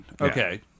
Okay